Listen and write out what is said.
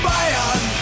Bayern